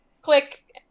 click